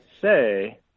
say